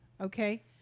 Okay